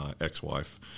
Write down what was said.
ex-wife